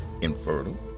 infertile